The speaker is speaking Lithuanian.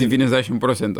devyniasdešimt procento